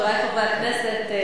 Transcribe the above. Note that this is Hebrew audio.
חברי חברי הכנסת,